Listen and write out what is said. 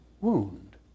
wound